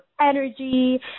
energy